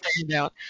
standout